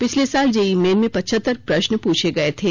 पिछले साल JEE main में पचहतर प्रश्न पूछे गये थे